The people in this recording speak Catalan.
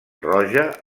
roja